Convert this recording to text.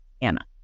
Anna